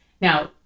now